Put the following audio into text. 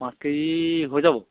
পাঁচ কেজি হৈ যাব